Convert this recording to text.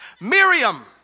Miriam